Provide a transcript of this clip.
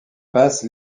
passe